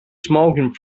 smoking